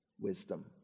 wisdom